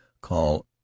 call